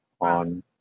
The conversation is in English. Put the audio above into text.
on